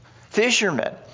fishermen